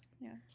Yes